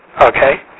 Okay